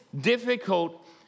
difficult